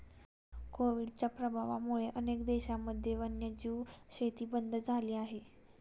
कोविडच्या प्रभावामुळे अनेक देशांमध्ये वन्यजीव शेती बंद झाली आहे